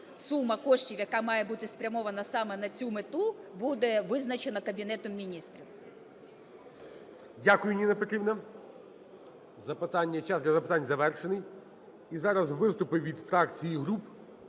сума коштів, яка має бути спрямована саме на цю мету, буде визначена Кабінетом Міністрів. ГОЛОВУЮЧИЙ. Дякую, Ніна Петрівна. Час для запитань завершений, і зараз виступи від фракцій і груп.